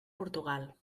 portugal